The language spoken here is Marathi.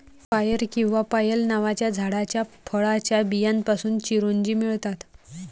पायर किंवा पायल नावाच्या झाडाच्या फळाच्या बियांपासून चिरोंजी मिळतात